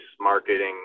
marketing